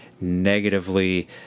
negatively